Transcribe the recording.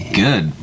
good